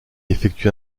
effectue